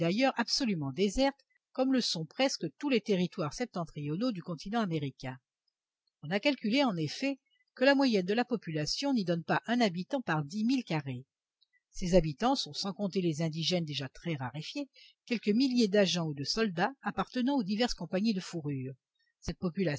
absolument déserte comme le sont presque tous les territoires septentrionaux du continent américain on a calculé en effet que la moyenne de la population n'y donne pas un habitant par dix milles carrés ces habitants sont sans compter les indigènes déjà très raréfiés quelques milliers d'agents ou de soldats appartenant aux diverses compagnies de fourrures cette